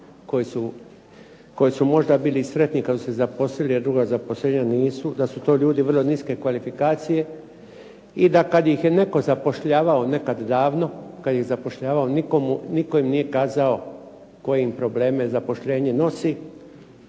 koji su možda bili sretni kad su se zaposlili jer druga zaposlenja nisu, da su to ljudi vrlo niske kvalifikacije i da kad ih je netko zapošljavao nekad davno kad je zapošljavao nitko im nije kazao koje probleme im zaposlenje nosi,